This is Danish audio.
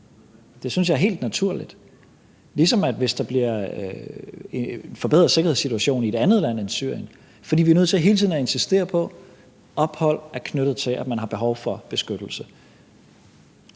Det synes jeg er helt naturligt, ligesom hvis der bliver en forbedret sikkerhedssituation i et andet land end Syrien, fordi vi hele tiden er nødt til at insistere på, at ophold er knyttet til, at man har behov for beskyttelse.